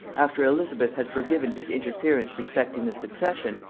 after elizabeth had forgiven his interference respecting the succession,